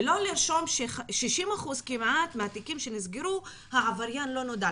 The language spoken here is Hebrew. ולא לרשום שב-60% כמעט מהתיקים שנסגרו העבריין לא נודע.